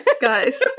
Guys